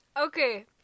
Okay